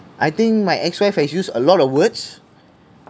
I think my ex wife has used a lot of words